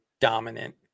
dominant